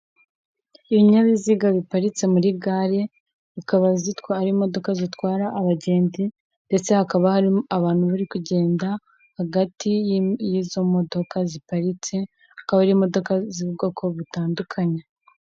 Ibinyabiziga biparitse muri gare, akaba ari imodoka zitwara abagenzi ndetse hakaba harimo abantu bari kugenda, hagati y'izo modoka ziparitse, hakaba harimo imodoka z'ubwoko butandukanye.